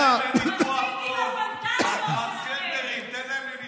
לציבור, תצאו לציבור.